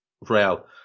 Real